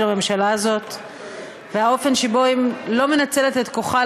הממשלה הזאת ועל האופן שבו היא לא מנצלת את כוחה,